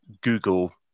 Google